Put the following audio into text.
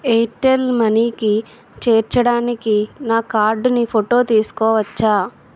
Airtel మనీకి చేర్చడానికి నా కార్డుని ఫోటో తీసుకోవచ్చా